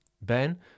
ben